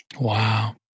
Wow